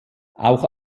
auch